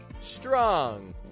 Strong